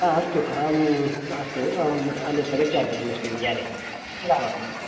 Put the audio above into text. हा अस्तु अहं अस्तु अहं तत्र गच्छामि अन्यस्मिन् याने मिलामः